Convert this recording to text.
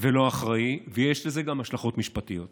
ולא אחראי, ויש לזה גם השלכות משפטיות.